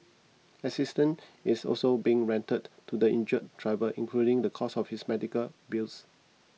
assistance is also being rendered to the injured driver including the cost of his medical bills